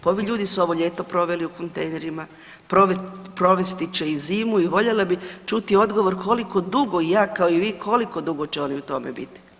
Pa ovi ljudi su ovo ljeto proveli u kontejnerima, provesti će i zimu i voljela bi čuti odgovor koliko dugo ja kao i vi, koliko dugo će oni u tome biti.